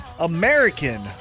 American